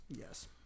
Yes